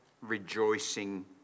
rejoicing